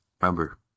Remember